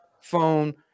phone